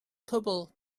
cwbl